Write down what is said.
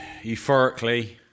euphorically